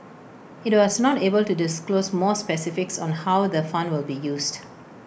IT was not able to disclose more specifics on how the fund will be used